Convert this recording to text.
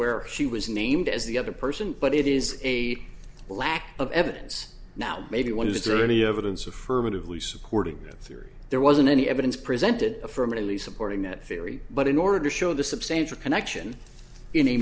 where she was named as the other person but it is a lack of evidence now maybe one is there any evidence affirmatively supported theory there wasn't any evidence presented affirmatively supporting that theory but in order to show the substantial connection in a